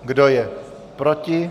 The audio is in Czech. Kdo je proti?